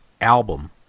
album